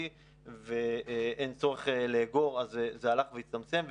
ושאין צורך לאגור זה הלך והצטמצם.